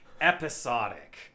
episodic